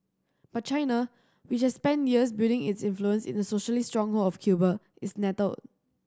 but China which has spent years building its influence in the socialist stronghold of Cuba is nettled